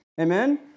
Amen